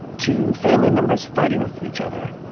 two family members fighting with each other,